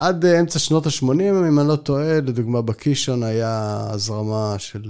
עד אמצע שנות ה-80, אם אני לא טועה, לדוגמה בקישון היה הזרמה של...